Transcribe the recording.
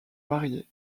marié